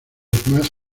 más